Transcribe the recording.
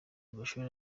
amashuri